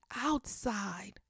outside